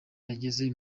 yageze